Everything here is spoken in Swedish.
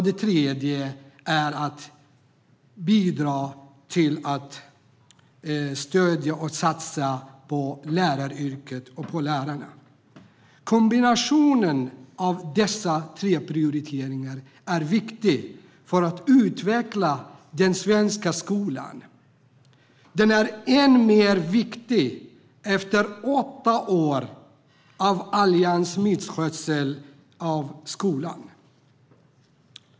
Den tredje är att bidra till att stödja och satsa på läraryrket och lärarna. Kombinationen av dessa tre prioriteringar är viktig för att utveckla den svenska skolan. Den är än mer viktig efter åtta år av Alliansens misskötsel av skolan.